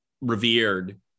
revered